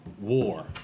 war